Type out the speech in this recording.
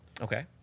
Okay